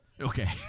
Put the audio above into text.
Okay